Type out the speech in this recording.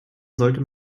sollte